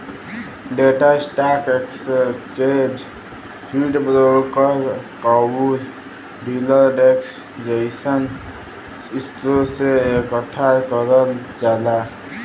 data stock exchange feed, broker आउर dealer desk जइसन स्रोत से एकठ्ठा करल जाला